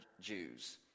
Jews